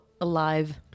alive